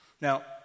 Now